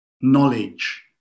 knowledge